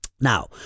Now